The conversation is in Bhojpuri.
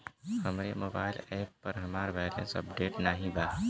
हमरे मोबाइल एप पर हमार बैलैंस अपडेट नाई बा